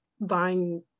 buying